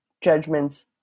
judgments